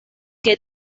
que